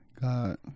God